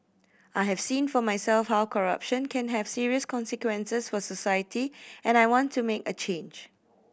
I have seen for myself how corruption can have serious consequences for society and I want to make a change